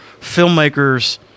filmmakers